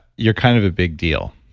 you're kind of a big deal.